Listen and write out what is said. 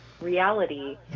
reality